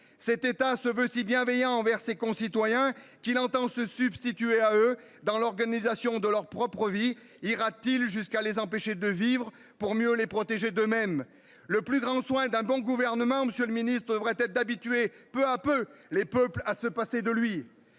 cet état se veut si bienveillant envers ses concitoyens qu'il entend se substituer à eux dans l'organisation de leur propre vie. Ira-t-il jusqu'à les empêcher de vivre pour mieux les protéger d'eux-mêmes le plus grand soin d'un bon gouvernement, Monsieur le Ministre, devrait être d'habituer peu à peu les peuples à se passer de lui.